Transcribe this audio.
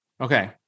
Okay